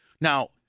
Now